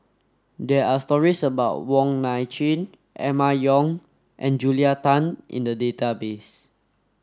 there are stories about Wong Nai Chin Emma Yong and Julia Tan in the database